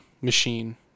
machine